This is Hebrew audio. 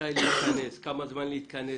מתי להתכנס, כמה זמן להתכנס.